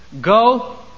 Go